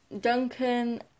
Duncan